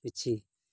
ᱯᱤᱪᱷᱤ